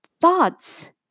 Thoughts